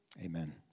amen